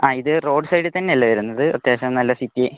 ആ ഇത് road side തന്നെ അല്ലേ വരുന്നത് അത്യാവശ്യം നല്ല സിറ്റി